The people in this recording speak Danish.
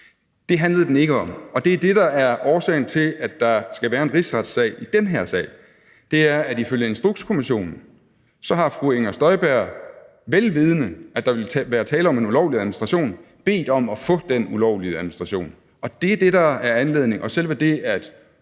Det handlede den ikke om, og det, der er årsagen til, at der skal være en rigsretssag i den her sag, er, at ifølge Instrukskommissionen har fru Inger Støjberg vel vidende, at der ville være tale om en ulovlig administration, bedt om at få den ulovlige administration, og det er det, der er anledningen, og selve det, at